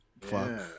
fuck